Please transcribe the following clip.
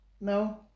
No